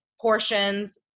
Portions